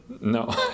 No